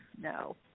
no